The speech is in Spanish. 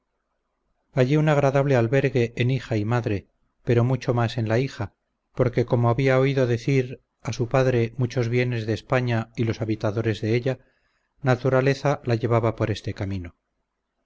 hallé un agradable albergue en hija y madre pero mucho mas en la hija porque como había oído decir a su padre muchos bienes de españa y los habitadores de ella naturaleza la llevaba por este camino